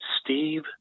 Steve